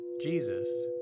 Jesus